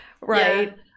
Right